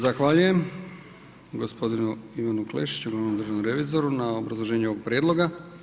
Zahvaljujem gospodinu Ivanu Klešiću, glavnom državnom revizoru na obrazloženju ovog prijedloga.